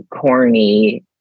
corny